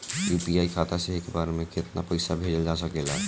UPI खाता से एक बार म केतना पईसा भेजल जा सकेला?